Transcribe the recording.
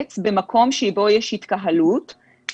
מערכת החינוך בכלל וההשלכות על התלמידים.